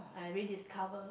I really discover